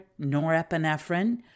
norepinephrine